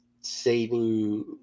saving